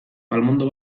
palmondo